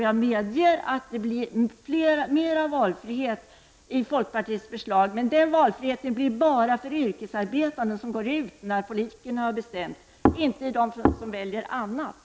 Jag medger att folkpartiets förslag innebär valfrihet, men den gäller bara för de människor som går ut och förvärvsarbetar enligt politikernas önskan.